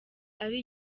ari